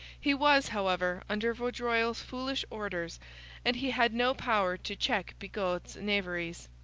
he was, however, under vaudreuil's foolish orders and he had no power to check bigot's knaveries.